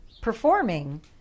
performing